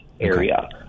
area